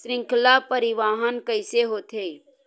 श्रृंखला परिवाहन कइसे होथे?